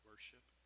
Worship